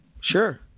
Sure